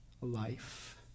life